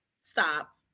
Stop